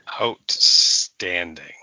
outstanding